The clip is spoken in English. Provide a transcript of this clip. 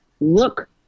look